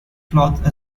cloth